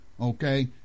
okay